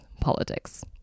politics